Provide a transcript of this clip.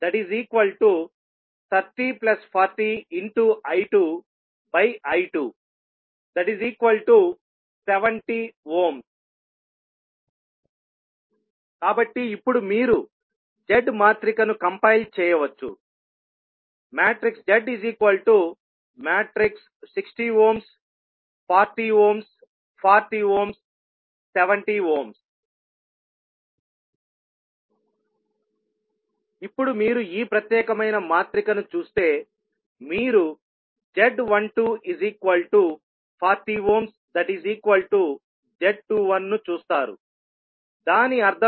z22V2I23040I2I270 కాబట్టి ఇప్పుడు మీరు Z మాత్రిక ను కంపైల్ చేయవచ్చు z60 40 40 70 ఇప్పుడు మీరు ఈ ప్రత్యేకమైన మాత్రిక ను చూస్తే మీరు z1240z21 ను చూస్తారుదాని అర్థం ఏమిటి